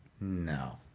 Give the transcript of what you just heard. no